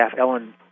Ellen